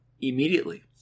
immediately